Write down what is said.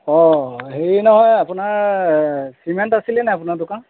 অঁ হেৰি নহয় আপোনাৰ চিমেণ্ট আছিলে নাই আপোনাৰ দোকান